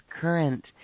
current